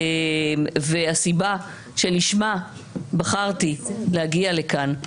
והסיבה שלשמה בחרתי להגיע לכאן.